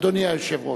אדוני היושב-ראש.